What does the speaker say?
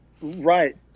right